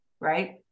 Right